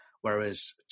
Whereas